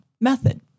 method